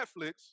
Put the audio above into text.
Netflix